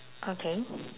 okay